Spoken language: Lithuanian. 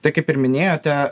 tai kaip ir minėjote